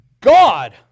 God